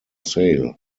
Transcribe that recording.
sale